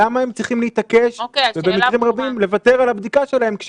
למה הם צריכים להתעקש ובמקרים רבים לוותר על הבדיקה שלהם?